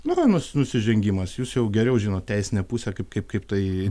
nura nu nusižengimas jūs jau geriau žinot teisinę pusę kaip kaip kaip tai